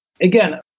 Again